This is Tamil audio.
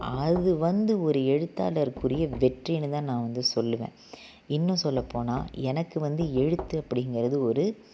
அது வந்து ஒரு எழுத்தாளருக்குரிய வெற்றின்னு தான் நான் வந்து சொல்லுவேன் இன்னும் சொல்ல போனால் எனக்கு வந்து எழுத்து அப்படிங்கறது ஒரு